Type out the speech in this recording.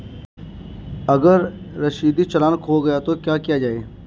अगर रसीदी चालान खो गया तो क्या किया जाए?